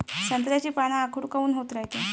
संत्र्याची पान आखूड काऊन होत रायतात?